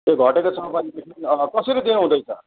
ए घटेको छ भनेदेखि कसरी दिनु हुँदैछ